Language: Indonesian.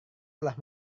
telah